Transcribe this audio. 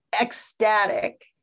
ecstatic